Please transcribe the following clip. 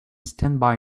standby